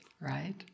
right